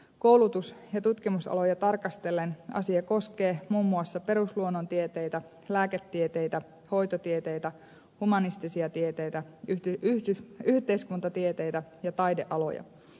koulutus ja tutkimusaloja tarkastellen asia koskee muun muassa perusluonnontieteitä lääketieteitä hoitotieteitä humanistisia tieteitä yhteiskuntatieteitä ja taidealoja